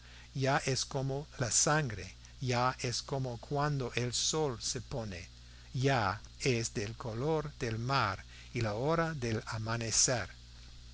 ya es como la sangre ya es como cuando el sol se pone ya es del color del mar a la hora del amanecer